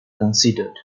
considered